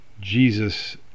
Jesus